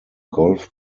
golf